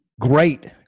Great